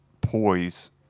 poise